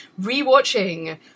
re-watching